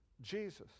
Jesus